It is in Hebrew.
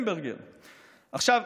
עכשיו,